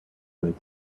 threat